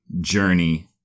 journey